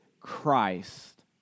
Christ